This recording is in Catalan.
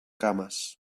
cames